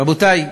רבותי,